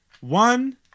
One